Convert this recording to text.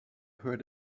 heard